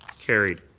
carried.